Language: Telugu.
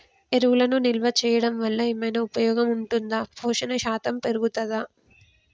ఎరువులను నిల్వ చేయడం వల్ల ఏమైనా ఉపయోగం ఉంటుందా పోషణ శాతం పెరుగుతదా?